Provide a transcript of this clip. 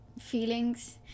feelings